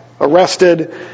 arrested